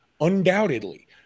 undoubtedly –